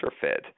fit